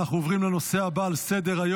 אנחנו עוברים לנושא הבא על סדר-היום,